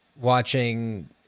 watching